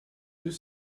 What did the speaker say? deux